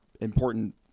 important